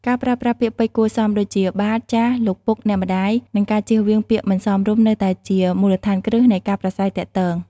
ការប្រើប្រាស់ ពាក្យពេចន៍គួរសម ដូចជា "បាទ/ចាស៎", "លោកពុក/អ្នកម្ដាយ" និងការជៀសវាងពាក្យមិនសមរម្យនៅតែជា មូលដ្ឋានគ្រឹះ នៃការប្រាស្រ័យទាក់ទង។